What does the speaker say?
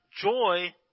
joy